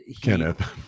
Kenneth